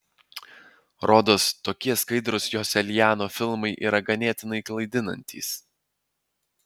rodos tokie skaidrūs joselianio filmai yra ganėtinai klaidinantys